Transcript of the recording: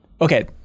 Okay